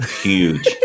Huge